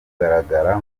kugaragara